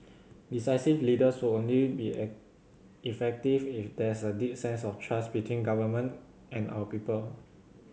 decisive leaders would only be effective if there's a deep sense of trust between government and our people